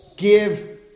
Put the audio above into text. give